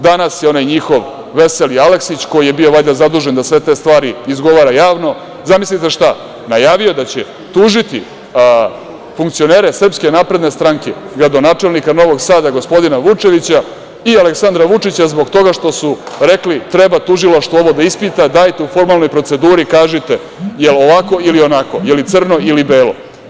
Danas je onaj njihov veseli Aleksić, koji je bio valjda zadužen da sve te stvari izgovara javno, zamislite šta, najavio je da će tužiti funkcionere SNS, gradonačelnika Novog Sada gospodina Vučevića i Aleksandra Vučića zbog toga što su rekli – treba tužilaštvo ovo da ispita, dajte u formalnoj proceduri kažite je li ovako ili onako, je li crno ili belo.